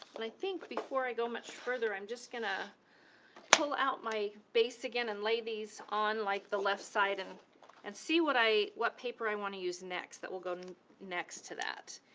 but i think before i go much further, i'm just gonna pull out my base again, and lay these on like the left side, and and see what see what paper i want to use next, that will go next to that.